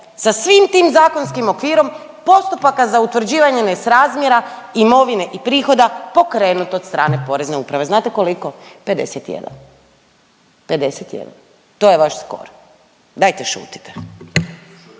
sa svim tim zakonskim okvirom postupaka za utvrđivanja nesrazmjera imovine i prihoda pokrenuto od strane Porezne uprave. Znate koliko? 51, 51, to je vaš skor, dajte šutite.